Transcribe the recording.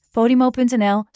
Podimo.nl